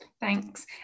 Thanks